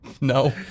No